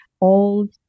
old